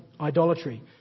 idolatry